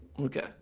Okay